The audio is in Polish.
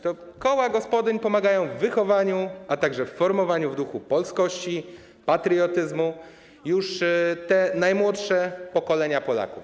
To koła gospodyń pomagają w wychowaniu, a także w formowaniu w duchu polskości i patriotyzmu już najmłodszych pokoleń Polaków.